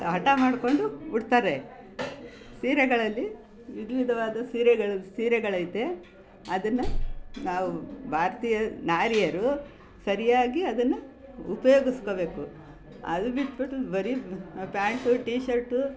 ಹಠ ಮಾಡಿಕೊಂಡು ಉಡ್ತಾರೆ ಸೀರೆಗಳಲ್ಲಿ ವಿಧ ವಿಧವಾದ ಸೀರೆಗಳು ಸೀರೆಗಳೈತೆ ಅದನ್ನು ನಾವು ಭಾರತೀಯ ನಾರಿಯರು ಸರಿಯಾಗಿ ಅದನ್ನು ಉಪಯೋಗಿಸ್ಕೋಬೇಕು ಅದುಬಿಟ್ಬಿಟ್ಟು ಬರೀ ಪ್ಯಾಂಟು ಟೀ ಶರ್ಟು